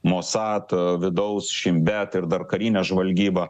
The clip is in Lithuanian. mossad vidaus šin bet ir dar karinė žvalgyba